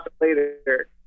later